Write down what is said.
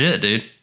dude